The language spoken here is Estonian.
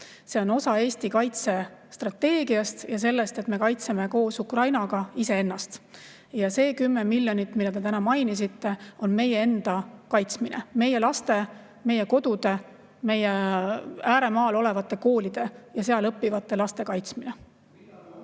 See on osa Eesti kaitsestrateegiast ja sellest, et me kaitseme koos Ukrainaga iseennast. See 10 miljonit, mida te täna mainisite, on meie enda kaitsmine, meie laste, meie kodude, meie ääremaal olevate koolide ja seal õppivate laste kaitsmine.